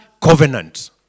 covenant